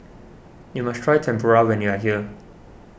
you must try Tempura when you are here